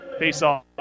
Faceoff